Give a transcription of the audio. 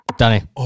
Danny